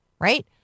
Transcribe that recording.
right